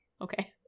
Okay